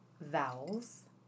vowels